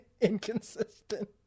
inconsistent